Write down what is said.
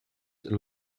een